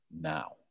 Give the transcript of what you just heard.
now